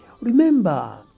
Remember